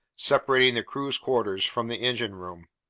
separating the crew's quarters from the engine room.